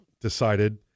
decided